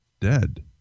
dead